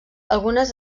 algunes